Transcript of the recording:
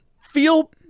feel